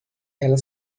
ela